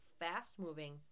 fast-moving